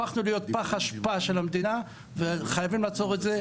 הפכנו להיות פח אשפה של המדינה וחייבים לעצום את זה.